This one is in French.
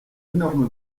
énorme